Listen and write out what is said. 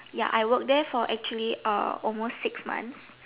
ya I work there for actually uh almost six months